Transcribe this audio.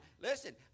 listen